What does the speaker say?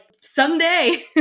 someday